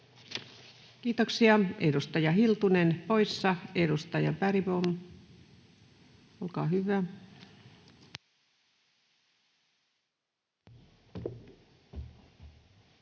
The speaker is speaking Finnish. Kiitoksia. — Edustaja Hiltunen, poissa. — Edustaja Bergbom, olkaa hyvä.